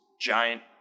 giant